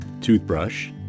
toothbrush